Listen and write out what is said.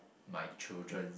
my children